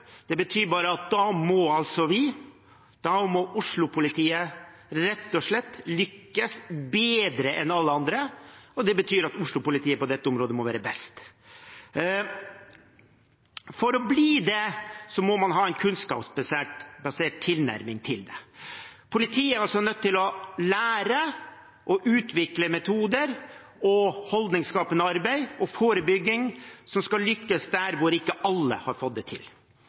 betyr at Oslo-politiet på dette området må være best. For å bli det må man ha en kunnskapsbasert tilnærming til det. Politiet er altså nødt til å lære å utvikle metoder, holdningsskapende arbeid og forebygging som skal lykkes der hvor ikke alle har fått til det. Til